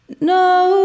No